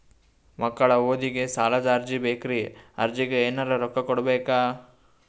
ಮಕ್ಕಳ ಓದಿಗಿ ಸಾಲದ ಅರ್ಜಿ ಬೇಕ್ರಿ ಅರ್ಜಿಗ ಎನರೆ ರೊಕ್ಕ ಕೊಡಬೇಕಾ?